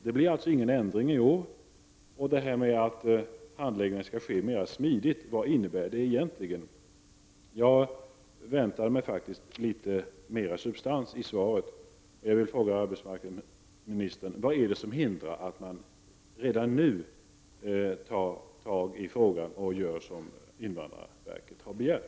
Det sker alltså inte någon ändring i år. Vad innebär det egentligen att handläggningen skall ske mera smidigt? Jag väntar mig faktiskt litet mera substans i svaret. Vad är det som hindrar att man redan nu tar tag i frågan och gör som invandrarverket har begärt?